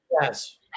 Yes